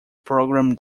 program